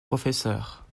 professeurs